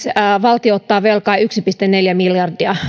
valtio ottaa velkaa yksi pilkku neljä miljardia